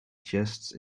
chests